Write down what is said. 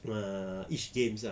ah each games ah